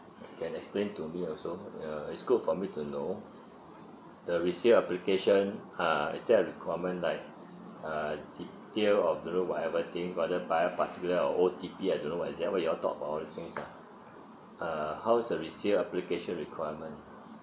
can explain to me also uh it's good for me to know the resell application uh is there a requirement like uh detail or don't know whatever thing whether via particular or O_T_P I don't know what is that what you all talk about ah uh how is the resell application requirement